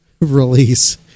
release